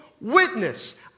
witness